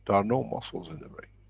are no muscles in the brain.